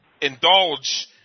indulge